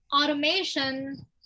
automation